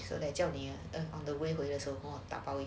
so that 可以教你 on the way 回的时候帮我打包一个可以让我可以